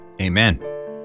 Amen